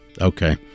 Okay